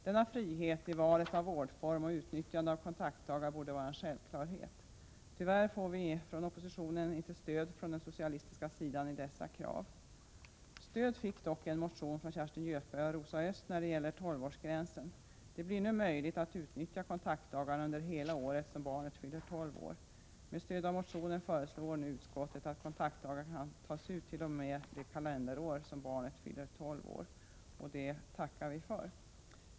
Denna frihet i valet av vårdform och utnyttjande av kontaktdagar borde vara en självklarhet. Tyvärr får vi från oppositionen inte stöd från den socialistiska sidan för dessa krav. Stöd fick dock en motion från Kerstin Göthberg och Rosa Östh när det gäller 12-årsgränsen. Det blir nu möjligt att utnyttja kontaktdagarna under hela det år som barnet fyller 12 år. Med stöd av motionen föreslår nu utskottet att kontaktdagar kan tas ut t.o.m. det kalenderår som barnet fyller 12 år, och det tackar vi för.